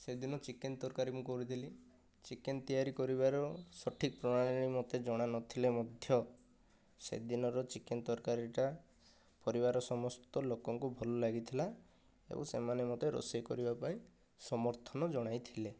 ସେଦିନ ଚିକେନ ତରକାରୀ ମୁଁ କରିଥିଲି ଚିକେନ ତିଆରି କରିବାର ସଠିକ ପ୍ରଣାଳୀ ମୋତେ ଜଣା ନଥିଲେ ମଧ୍ୟ ସେଦିନର ଚିକେନ ତରକାରୀଟା ପରିବାରର ସମସ୍ତ ଲୋକଙ୍କୁ ଭଲ ଲାଗିଥିଲା ଏବଂ ସେମାନେ ମୋତେ ରୋଷେଇ କରିବା ପାଇଁ ସମର୍ଥନ ଜଣାଇଥିଲେ